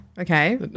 okay